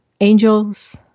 angels